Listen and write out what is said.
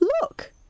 Look